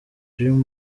dream